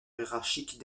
hiérarchique